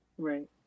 Right